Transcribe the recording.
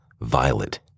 violet